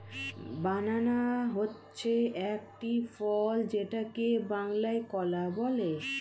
বানানা হচ্ছে একটি ফল যেটাকে বাংলায় কলা বলে